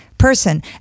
person